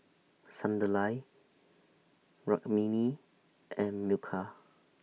Sunderlal Rukmini and Milkha